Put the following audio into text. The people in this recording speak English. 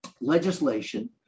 legislation